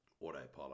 autopilot